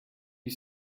you